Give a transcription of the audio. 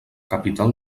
capital